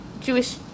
jewish